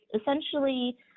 essentially